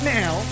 now